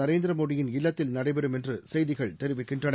நரேந்திரமோடியின் இல்லத்தில் நடைபெறும் என்று செய்திகள் தெரிவிக்கின்றன